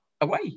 away